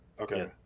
Okay